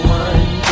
one